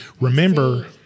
remember